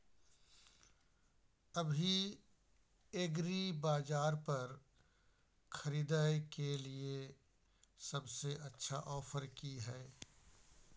अभी एग्रीबाजार पर खरीदय के लिये सबसे अच्छा ऑफर की हय?